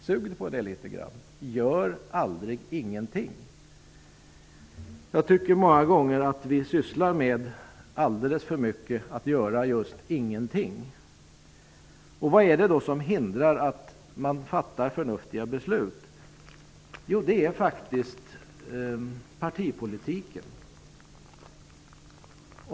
Sug på de orden ett tag -- gör aldrig ingenting. Jag tycker att vi många gånger sysslar alldeles för mycket med att göra just ingenting. Vad är det som hindrar att man fattar förnuftiga beslut? Jo, det är faktiskt partipolitiken.